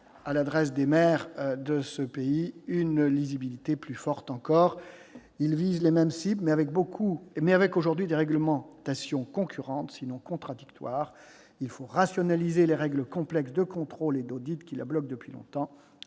à l'adresse des maires de notre pays, une lisibilité plus forte encore. Ils visent les mêmes cibles, mais avec aujourd'hui des réglementations concurrentes, sinon contradictoires. Il faut rationaliser les règles complexes de contrôle et d'audit qui bloquent cette politique